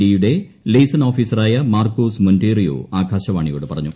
D യുടെ liaison ഓഫീസറായ Marcos Montorio ആകാശവാണിയോട് പറഞ്ഞു